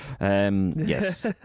Yes